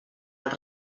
els